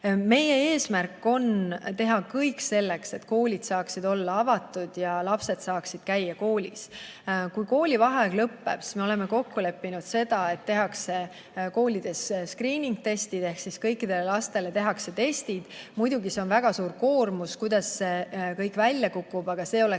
Meie eesmärk on teha kõik selleks, et koolid saaksid olla avatud ja lapsed saaksid koolis käia. Kui vaheaeg lõpeb, siis me oleme kokku leppinud, et tehakse koolides skriiningtestid ehk siis kõikidele lastele tehakse testid. Muidugi, see on väga suur koormus ja ei tea, kuidas see kõik välja kukub, aga see on